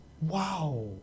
Wow